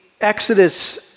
exodus